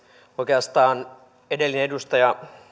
oikeastaan edellinen edustaja